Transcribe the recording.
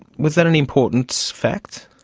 was that an important fact?